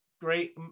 great